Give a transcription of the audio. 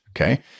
okay